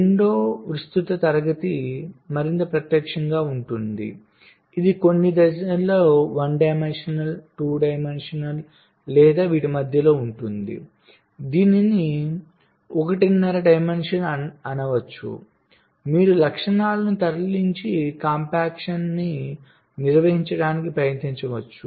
రెండవ విస్తృత తరగతి మరింత ప్రత్యక్షంగా ఉంటుంది ఇది కొన్ని దిశలలో 1 డైమెన్షనల్ 2 డైమెన్షన్ లేదా వీటి మధ్యలో ఉంటుంది దీనిని 1 మరియు సగం డైమెన్షన్ అంటారు మీరు లక్షణాలను తరలించి కాంపాక్షన్న్ని నిర్వహించడానికి ప్రయత్నించవచ్చు